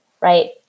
right